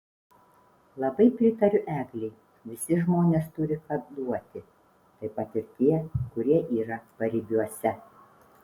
labai pritariu eglei visi žmonės turi ką duoti taip pat ir tie kurie yra paribiuose